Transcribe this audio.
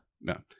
no